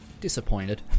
disappointed